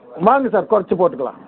வாங்க சார் குறைச்சிப் போட்டுக்கலாம்